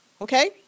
Okay